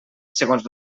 segons